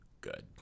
good